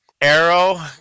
Arrow